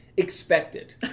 expected